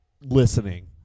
listening